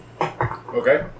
Okay